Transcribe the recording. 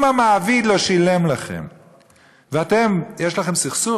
אם המעביד לא שילם לכם ויש לכם סכסוך,